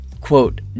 Quote